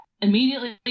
immediately